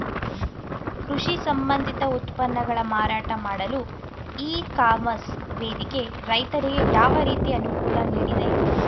ಕೃಷಿ ಸಂಬಂಧಿತ ಉತ್ಪನ್ನಗಳ ಮಾರಾಟ ಮಾಡಲು ಇ ಕಾಮರ್ಸ್ ವೇದಿಕೆ ರೈತರಿಗೆ ಯಾವ ರೀತಿ ಅನುಕೂಲ ನೀಡಿದೆ?